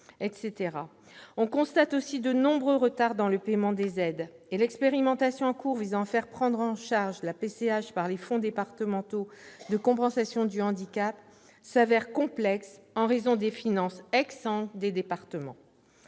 On constate aussi de nombreux retards dans le paiement des aides, et l'expérimentation en cours visant à faire prendre en charge la PCH par les fonds départementaux de compensation du handicap s'avère complexe, en raison des finances exsangues des départements.